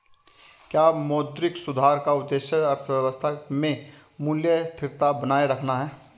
क्या मौद्रिक सुधार का उद्देश्य अर्थव्यवस्था में मूल्य स्थिरता बनाए रखना है?